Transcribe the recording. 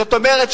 זאת אומרת,